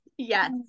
Yes